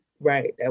Right